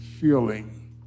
feeling